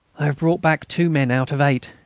i have brought back two men out of eight,